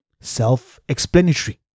Self-explanatory